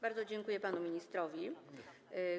Bardzo dziękuję panu ministrowi.